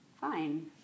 fine